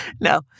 No